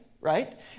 Right